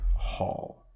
Hall